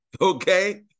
okay